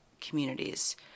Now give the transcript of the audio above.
communities